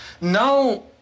Now